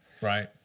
Right